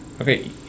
Okay